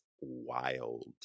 wild